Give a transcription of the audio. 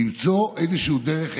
למצוא איזושהי דרך,